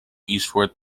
eastward